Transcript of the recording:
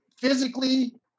physically